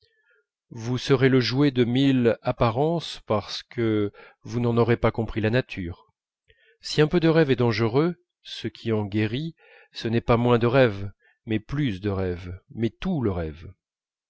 vous serez le jouet de mille apparences parce que vous n'en aurez pas compris la nature si un peu de rêve est dangereux ce qui en guérit ce n'est pas moins de rêve mais plus de rêve mais tout le rêve